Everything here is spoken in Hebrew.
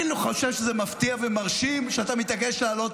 אני לא חושב שזה מפתיע ומרשים שאתה מתעקש לעלות